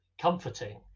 comforting